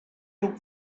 took